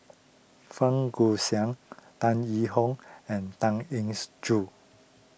Fang Guixiang Tan Yee Hong and Tan Engs Joo